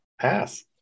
pass